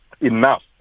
enough